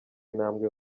intambwe